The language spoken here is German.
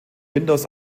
windows